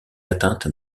atteinte